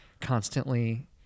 constantly